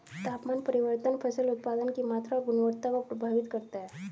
तापमान परिवर्तन फसल उत्पादन की मात्रा और गुणवत्ता को प्रभावित करता है